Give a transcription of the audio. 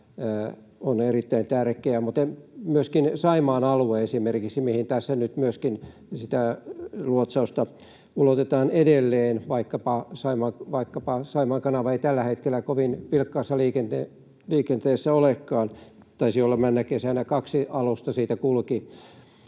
alue, mihin tässä nyt myöskin sitä luotsausta ulotetaan edelleen, vaikka Saimaan kanava ei tällä hetkellä kovin vilkkaassa liikenteessä olekaan — taisi olla, että männä kesänä kaksi alusta siitä kulki